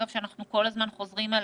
שאגב, אנחנו כל הזמן חוזרים אליה: